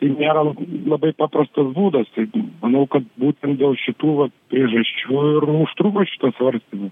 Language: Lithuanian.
tai nėra labai paprastas būdas tai manau kad būtent dėl šitų va priežasčių ir užtruko šitas svarstymas